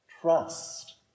Trust